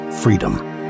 freedom